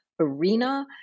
arena